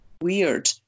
weird